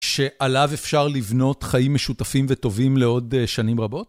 שעליו אפשר לבנות חיים משותפים וטובים לעוד שנים רבות?